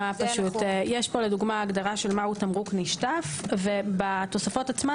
יש פה לדוגמה הגדרה של מהו תמרוק נשטף ובתוספות עצמן